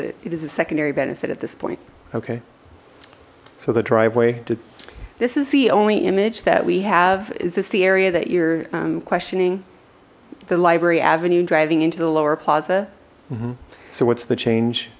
it is a secondary benefit at this point okay so the driveway did this is the only image that we have is this the area that you're questioning the library avenue driving into the lower plaza mm hmm so what's the